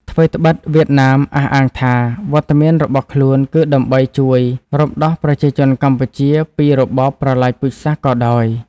ថ្វីត្បិតវៀតណាមអះអាងថា វត្តមានរបស់ខ្លួនគឺដើម្បីជួយរំដោះប្រជាជនកម្ពុជាពីរបបប្រល័យពូជសាសន៍ក៏ដោយ។